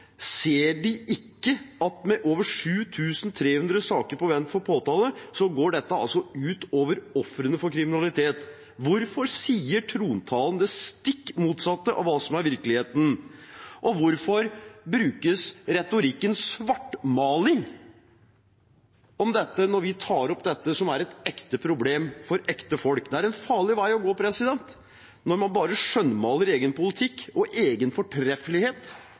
Ser de ikke at med over 7 300 saker på vent for påtale går dette ut over ofrene for kriminalitet? Hvorfor sier de i trontalen det stikk motsatte av hva som er virkeligheten, og hvorfor brukes retorikken «svartmaling» om dette når vi tar opp det som er et ekte problem for ekte folk? Det er en farlig vei å gå, når man bare skjønnmaler egen politikk og egen fortreffelighet